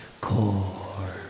core